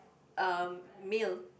um male